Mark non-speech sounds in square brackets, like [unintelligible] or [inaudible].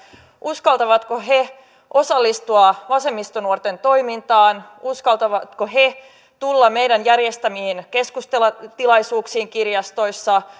uskaltavatko he osallistua vasemmistonuorten toimintaan uskaltavatko he tulla meidän järjestämiimme keskustelutilaisuuksiin kirjastoissa [unintelligible]